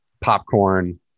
popcorn